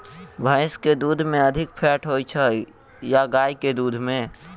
भैंस केँ दुध मे अधिक फैट होइ छैय या गाय केँ दुध में?